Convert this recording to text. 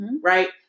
right